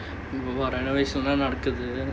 renovation லாம் நடக்குது:laam nadakuthu